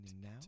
now